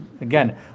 Again